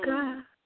God